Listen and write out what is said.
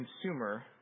consumer